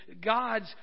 God's